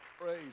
Praise